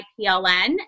PLN